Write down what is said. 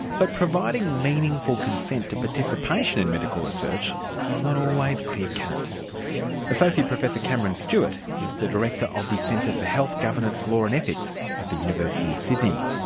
but providing meaningful consent to participation in medical research is not always clear-cut. associate professor cameron stewart is the director of the centre for health governance, law and ethics at the university of sydney.